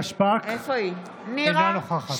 אינה נוכחת